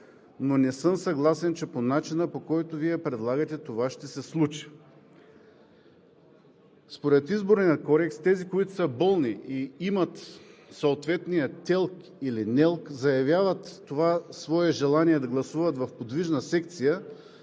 но не съм съгласен, че по начина, който Вие предлагате, това ще се случи. Според Изборния кодекс тези, които са болни и имат съответния ТЕЛК или НЕЛК, заявяват своето желание да гласуват в подвижна секция